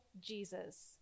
Jesus